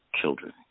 children